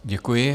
Děkuji.